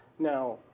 Now